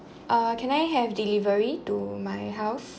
uh can I have delivery to my house